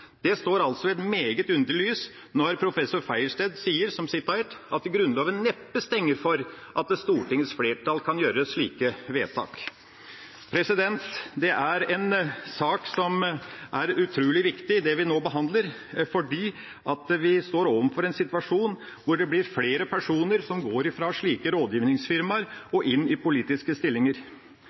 Det står altså i et meget underlig lys når professor Sejersted sier, som sitert, at «Grunnloven neppe stenger for at Stortingets flertall» kan gjøre slike vedtak. Det vi nå behandler, er en sak som er utrolig viktig, fordi vi står overfor en situasjon hvor det blir flere personer som går fra slike rådgivningsfirmaer og inn i politiske stillinger.